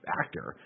actor